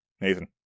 Nathan